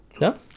No